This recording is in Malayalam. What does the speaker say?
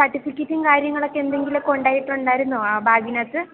സർട്ടിഫിക്കറ്റും കാര്യങ്ങളും എന്തെങ്കിലുമൊക്കെ ഉണ്ടായിട്ടുണ്ടായിരുന്നോ ആ ബാഗിനകത്ത്